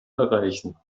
erreichen